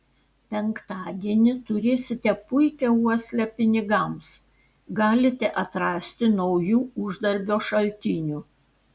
penktadienį turėsite puikią uoslę pinigams galite atrasti naujų uždarbio šaltinių